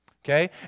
Okay